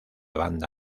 banda